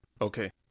Okay